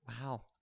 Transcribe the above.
Wow